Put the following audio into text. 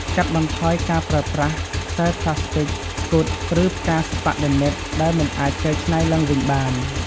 កាត់បន្ថយការប្រើប្រាស់ខ្សែប្លាស្ទិក ស្កុត ឬផ្កាសិប្បនិម្មិតដែលមិនអាចកែច្នៃទ្បើងវិញបាន។